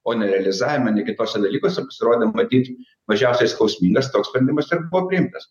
o nerealizavime ne kituose dalykuose pasirodė matyt mažiausiai skausmingas toks sprendimas ir buvo priimtas